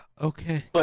Okay